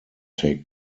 take